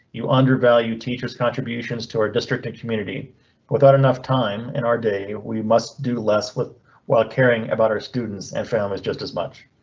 you undervalue teachers contributions to our district and community without enough time in our day. we must do less with while caring about our students and families just as much.